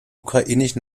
ukrainisch